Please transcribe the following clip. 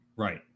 Right